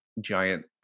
giant